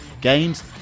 games